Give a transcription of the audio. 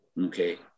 Okay